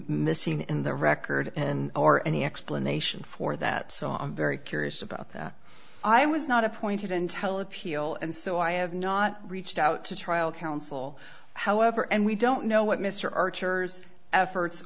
missing in the record and or any explanation for that i'm very curious about that i was not appointed intel appeal and so i have not reached out to trial counsel however and we don't know what mr archer's efforts